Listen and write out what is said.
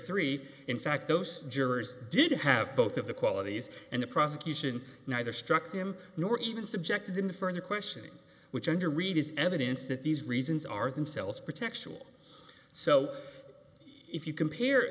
three in fact those jurors did have both of the qualities and the prosecution neither struck him nor even subjected him to further questioning which one to read is evidence that these reasons are themselves protection so if you compare